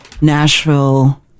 Nashville